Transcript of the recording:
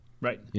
Right